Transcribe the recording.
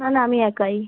না না আমি একাই